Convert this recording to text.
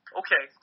okay